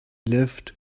lived